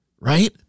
right